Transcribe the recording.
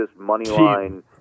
moneyline